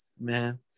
man